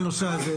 בנושא הזה.